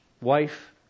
wife